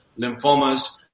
lymphomas